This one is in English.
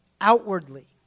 outwardly